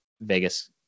Vegas